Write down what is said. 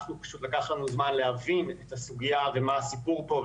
אנחנו פשוט לקח לנו זמן להבין את הסוגיה ומה הסיפור פה,